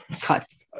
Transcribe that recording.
cuts